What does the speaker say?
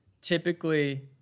typically